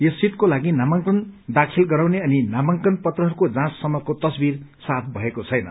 या सीटाको लागि नमाकंन दाखिल गराउने अनि नाामाकंन पत्रहरूको जाँच सम्मको तस्वीर साफ भएको छैन